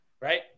right